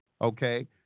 Okay